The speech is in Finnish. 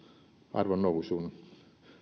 arvonnousun